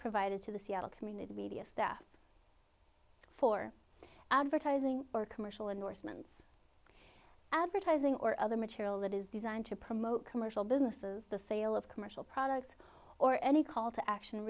provided to the seattle community media staff for advertising or commercial endorsements advertising or other material that is designed to promote commercial businesses the sale of commercial products or any call to action